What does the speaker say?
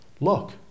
look